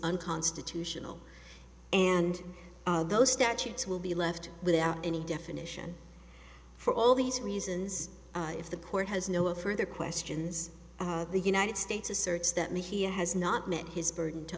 unconstitutional and those statutes will be left without any definition for all these reasons if the court has no further questions are the united states asserts that me he has not met his burden to